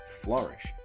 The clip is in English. flourish